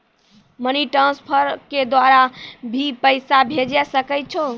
Money transfer के द्वारा भी पैसा भेजै सकै छौ?